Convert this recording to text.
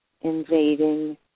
invading